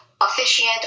officiant